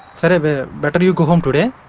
sort of ah better you go home today.